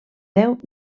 déu